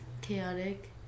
Chaotic